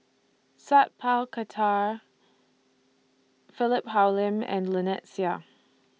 Sat Pal Khattar Philip Hoalim and Lynnette Seah